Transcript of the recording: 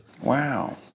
Wow